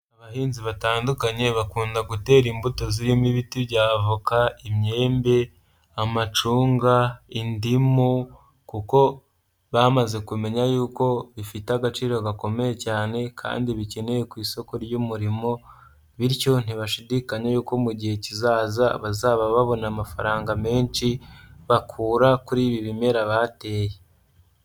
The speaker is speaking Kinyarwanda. Abahinzi batandukanye bakunda gutera imbuto zirimo ibiti bya avoka, imyembe, amacunga, indimu kuko bamaze kumenya y'uko bifite agaciro gakomeye cyane kandi bikenewe ku isoko ry'umurimo, bityo ntibashidikanya y'uko mu gihe kizaza bazaba babona amafaranga menshi bakura kuri ibi bimera bateye.